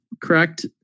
correct